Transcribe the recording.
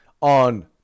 on